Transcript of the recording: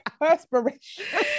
perspiration